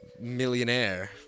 Millionaire